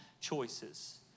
choices